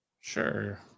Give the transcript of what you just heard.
sure